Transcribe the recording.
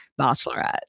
bachelorette